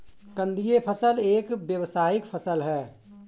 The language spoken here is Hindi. कंदीय फसल एक व्यावसायिक फसल है